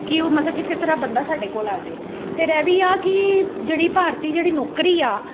ਕਿ ਉਹ ਮਤਲਬ ਕਿਸੇ ਤਰ੍ਹਾਂ ਬੰਦਾ ਸਾਡੇ ਕੋਲ ਆ ਜਾਵੇ ਫਿਰ ਇਹ ਵੀ ਆ ਕਿ ਜਿਹੜੀ ਭਾਰਤੀ ਜਿਹੜੀ ਨੌਕਰੀ ਆ